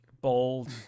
Bold